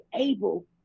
able